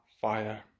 fire